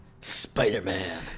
spider-man